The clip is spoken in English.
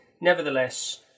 Nevertheless